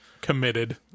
committed